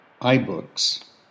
iBooks